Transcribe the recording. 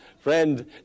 Friend